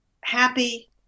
happy